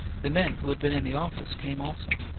the men who had been in the office came also.